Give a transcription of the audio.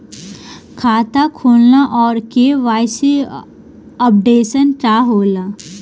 खाता खोलना और के.वाइ.सी अपडेशन का होला?